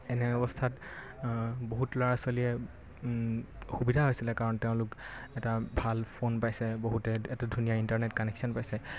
এনে অৱস্থাত বহুত ল'ৰা ছোৱালীয়ে অসুবিধা হৈছিলে কাৰণ তেওঁলোক এটা ভাল ফোন পাইছে বহুতে এটা ধুনীয়া ইণ্টাৰনেট কানেকশ্যন পাইছে